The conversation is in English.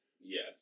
Yes